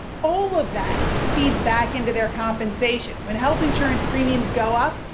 all of that feeds back into their compensation. when health insurance premiums, go up,